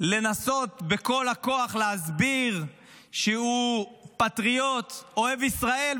לנסות בכל הכוח להסביר שהוא פטריוט אוהב ישראל,